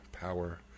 power